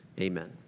amen